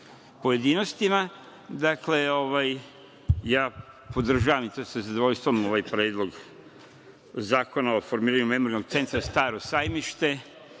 pojedinostima i ja podržavam sa zadovoljstvom ovaj Predlog zakona o formiranju Memorijalnog centra „Staro Sajmište“